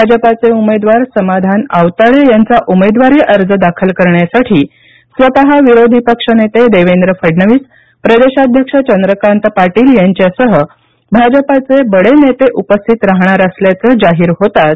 भाजपाचे उमेदवार समाधान आवताडे यांचा उमेदवारी अर्ज दाखल करण्यासाठी स्वत विरोधी पक्षनेते देवेंद्र फडणवीस प्रदेशाध्यक्ष चंद्रकांत पाटील यांच्यासह भाजपाचे बडे नेते उपस्थित राहणार असल्याचं जाहीर होताच